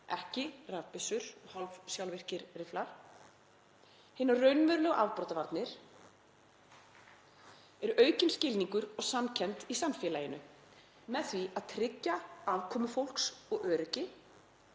ekki rafbyssur og hálfsjálfvirkir rifflar. Hinar raunverulegu afbrotavarnir eru aukinn skilningur og samkennd í samfélaginu með því að tryggja afkomu fólks og öryggi,